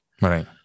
right